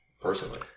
personally